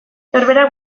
norberak